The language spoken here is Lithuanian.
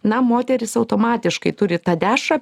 na moterys automatiškai turi tą dešrą